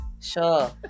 Sure